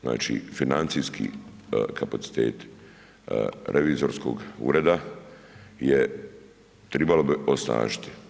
Znači, financijski kapaciteti revizorskog ureda je tribalo bi osnažiti.